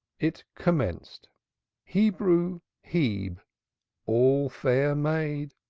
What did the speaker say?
it commenced hebrew hebe all-fair maid,